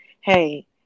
hey